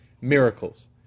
miracles